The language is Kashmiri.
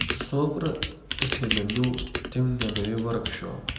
سوپرٕ یُتھٕے مےٚ نیوٗ تٔمۍ نیٛانو یہِ ؤرٕک شاپ